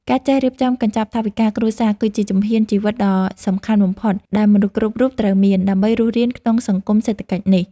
ការចេះរៀបចំកញ្ចប់ថវិកាគ្រួសារ គឺជាជំនាញជីវិតដ៏សំខាន់បំផុតដែលមនុស្សគ្រប់រូបត្រូវមាន ដើម្បីរស់រានក្នុងសង្គមសេដ្ឋកិច្ចនេះ។